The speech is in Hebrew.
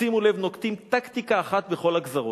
שימו לב, נוקטים טקטיקה אחת בכל הגזרות.